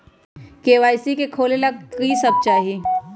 KYC का का खोलने के लिए कि सब चाहिए?